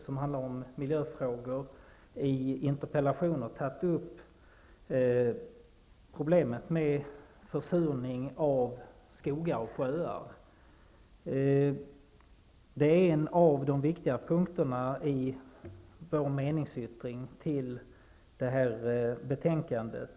som handlat om miljöfrågor och i interpellationer tagit upp problemet med försurning av skogar och sjöar. Det är en av de viktiga punkterna i vår meningsyttring till detta betänkande.